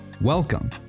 Welcome